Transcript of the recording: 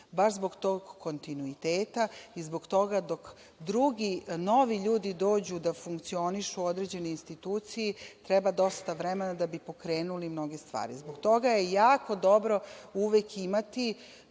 baš zbog tog kontinuiteta i zbog toga dok drugi novi ljudi dođu da funkcionišu u određenoj instituciji treba dosta vremena da bi pokrenuli mnoge stvari. Zbog toga je jako dobro uvek imati,